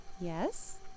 Yes